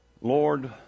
Lord